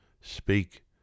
speak